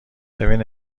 ببین